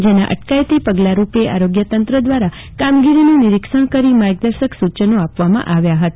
જેના અટકાયતી પગલારૂપે આરોગ્યતંત્ર દ્રારા કામગીરીનું નિરીક્ષણ કરી માર્ગદર્શક સુચન આપવામાં આવ્યા હતા